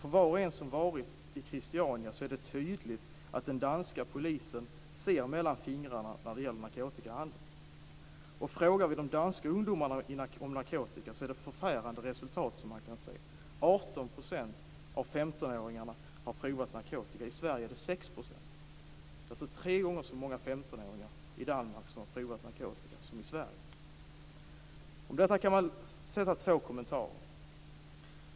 För alla som varit i Christiania är det tydligt att den danska polisen ser mellan fingrarna när det gäller narkotikahandeln. Om vi frågar de danska ungdomarna om narkotika är det förfärande resultat som man kan se. 18 % av femtonåringarna har provat narkotika. I Sverige är det 6 %. Det är alltså tre gånger så många femtonåringar i Danmark som har provat narkotika som i Sverige. Om detta kan man fälla två kommentarer.